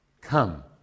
Come